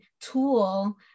tool